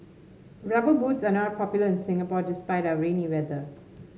rubber boots are not popular in Singapore despite our rainy weather